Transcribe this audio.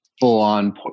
full-on